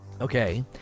okay